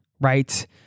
right